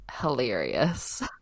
hilarious